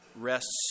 rests